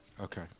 Okay